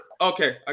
Okay